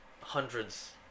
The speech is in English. hundreds